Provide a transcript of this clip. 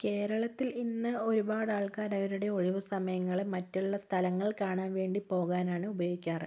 കേരളത്തിൽ ഇന്ന് ഒരുപാടാൾക്കാര് അവരുടെ ഒഴിവു സമയങ്ങളും മറ്റുള്ള സ്ഥലങ്ങൾ കാണാൻ വേണ്ടി പോകാനാണ് ഉപയോഗിക്കാറ്